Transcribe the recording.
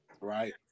right